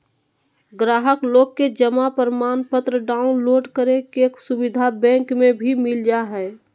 गाहक लोग के जमा प्रमाणपत्र डाउनलोड करे के सुविधा बैंक मे भी मिल जा हय